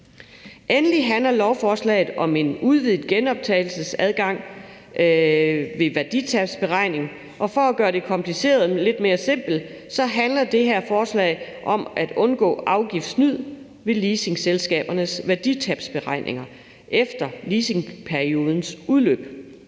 Endelig handler lovforslaget om en udvidet genoptagelsesadgang ved værditabsberegning, og for at gøre det komplicerede lidt mere simpelt handler det her forslag om at undgå afgiftssnyd ved leasingselskabernes værditabsberegninger efter leasingperiodens udløb.